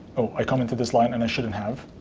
oh, i commented this line and i shouldn't have.